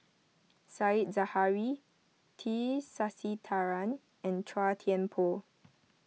Said Zahari T Sasitharan and Chua Thian Poh